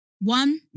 one